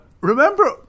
remember